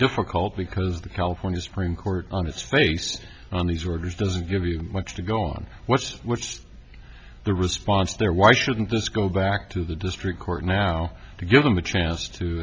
difficult because the california supreme court on its face on these orders doesn't give you much to go on what's what's the response there why shouldn't this go back to the district court now to give them a chance to